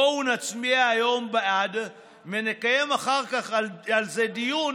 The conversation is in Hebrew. בואו נצביע היום בעד ונקיים אחר כך דיון